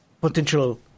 potential